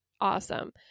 Awesome